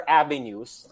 avenues